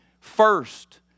first